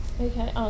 Okay